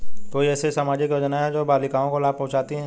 क्या ऐसी कोई सामाजिक योजनाएँ हैं जो बालिकाओं को लाभ पहुँचाती हैं?